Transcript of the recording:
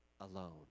alone